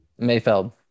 Mayfeld